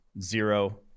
Zero